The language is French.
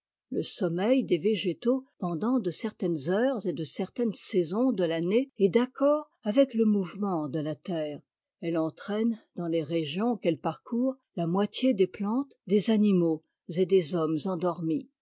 le sommeil des végétaux pendant de certaines heures et de certaines saisons de l'année est d'accord avec le mouvement de ta terre elle entraine dans les régions qu'elle parcourt la moitié des plantes des animaux et des hommes endormis